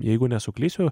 jeigu nesuklysiu